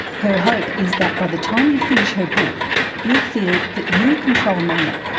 her hope is that by the time you finish her book you'll feel that you control money,